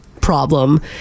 problem